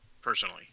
personally